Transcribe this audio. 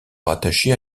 rattaché